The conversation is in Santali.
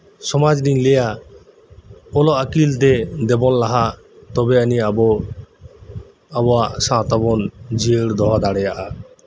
ᱥᱚᱢᱟᱡ ᱫᱚᱧ ᱞᱟᱹᱭᱟ ᱠᱚᱱᱚ ᱟᱹᱠᱤᱞᱫ ᱟ ᱫᱮᱵᱩᱱ ᱞᱟᱦᱟᱜ ᱛᱚᱵᱮ ᱮᱱᱮᱡ ᱟᱵᱩ ᱟᱵᱩᱣᱟᱜ ᱥᱟᱶᱛᱟᱵᱩᱱ ᱡᱤᱭᱟᱹᱲ ᱫᱚᱦᱚ ᱫᱟᱲᱤᱭᱟᱜᱼᱟ